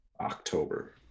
October